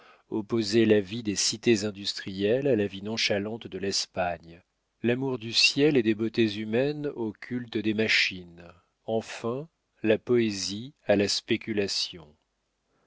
opposait la vie des cités industrielles à la vie nonchalante de l'espagne l'amour du ciel et des beautés humaines au culte des machines enfin la poésie à la spéculation